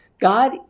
God